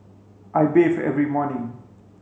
I bathe every morning